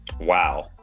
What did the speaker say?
Wow